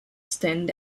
stand